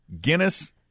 Guinness